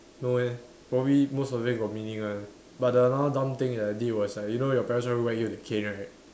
no eh probably most of them got meaning one but the another dumb thing that I did was like you know your parents would whack you with a cane right